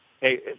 hey